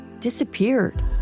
disappeared